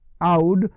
out